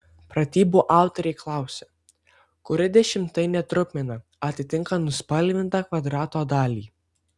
pratybų autoriai klausia kuri dešimtainė trupmena atitinka nuspalvintą kvadrato dalį